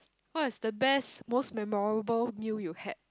what is the best most memorable meal you had